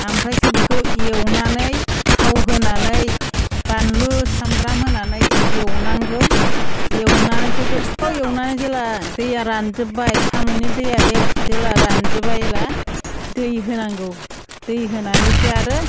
ओमफ्रायसो बेखौ एवनानै थाव होनानै बानलु सामब्राम होनानै एवनांगौ एवनानैसो गोबाव एवनानै जेब्ला दैया रानजोब्बाय साम'नि दैया जेब्ला रानजोब्बाय अब्ला दै होनांगौ दै होनानैसो आरो